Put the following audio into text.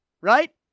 right